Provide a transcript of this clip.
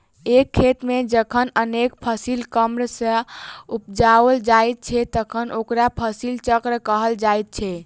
एक खेत मे जखन अनेक फसिल क्रम सॅ उपजाओल जाइत छै तखन ओकरा फसिल चक्र कहल जाइत छै